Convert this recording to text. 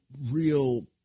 real